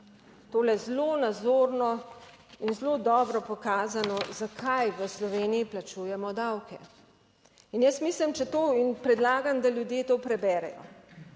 tole zelo nazorno in zelo dobro pokazano, zakaj v Sloveniji plačujemo davke. In jaz mislim, če to in predlagam, da ljudje to preberejo,